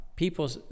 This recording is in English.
People